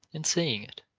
and seeing it